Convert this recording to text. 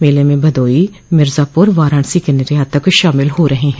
मेले में भदोही मिर्जापुर वाराणसी के कालीन निर्यातक शामिल हो रहे है